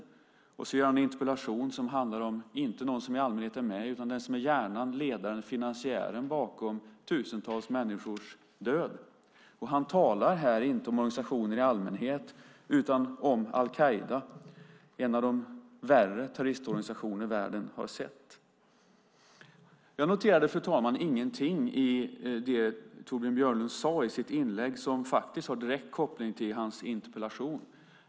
Sedan väcker han en interpellation som handlar om inte den som i allmänhet är med utan om den som är hjärnan, ledaren och finansiären bakom tusentals människors död. Han talar inte om organisationer i allmänhet utan om al-Qaida, en av de värre terroristorganisationer världen har sett. Jag noterade, fru talman, ingenting i det Torbjörn Björlund sade i sitt inlägg som har direkt koppling till hans interpellation.